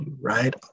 right